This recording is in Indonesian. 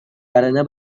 karena